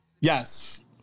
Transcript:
Yes